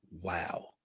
Wow